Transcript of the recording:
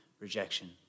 rejection